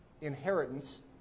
inheritance